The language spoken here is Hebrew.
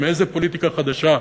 איזה פוליטיקה חדשה.